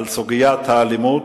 על סוגיית האלימות,